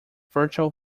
fertile